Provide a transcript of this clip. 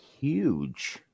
huge